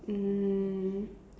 um